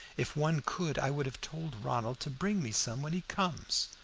if one could i would have told ronald to bring me some when he comes.